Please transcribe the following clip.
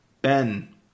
Ben